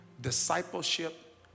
discipleship